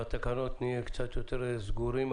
בתקנות נהיה קצת יותר סגורים.